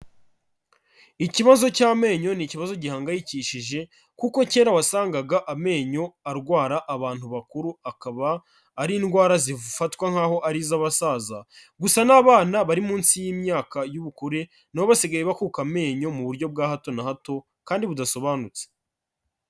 Ikibazo cy'amenyo ni ikibazo gihangayikishije kuko kera wasangaga amenyo arwara abantu bakuru, akaba ari indwara zifatwa nkaho ari iz'abasaza, gusa n'abana bari munsi y'imyaka y'ubukure n abo basigaye bakuka amenyo mu buryo bwa hato na hato kandi budasobanutse.